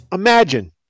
Imagine